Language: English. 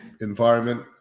environment